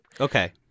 Okay